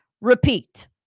repeat